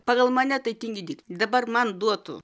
pagal mane tai tingi dirbt dabar man duotų